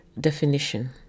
definition